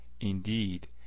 indeed